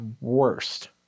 worst